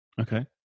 Okay